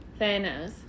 Thanos